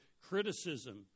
criticism